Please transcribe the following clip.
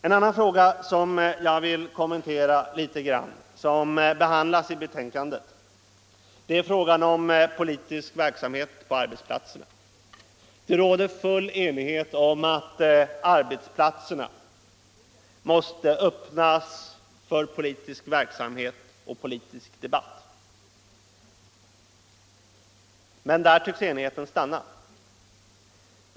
En annan fråga som behandlas i utskottets betänkande och som jag här något vill beröra är den om politisk verksamhet ute på arbetsplatserna. Det råder full enighet om att arbetsplatserna måste öppnas för politisk verksamhet och debatt. Men där tycks enigheten upphöra.